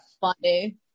funny